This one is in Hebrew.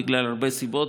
בגלל הרבה סיבות,